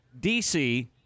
DC